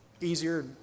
easier